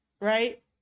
right